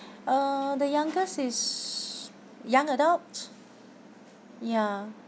uh the youngest is young adult ya